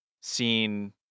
seen